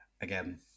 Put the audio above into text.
again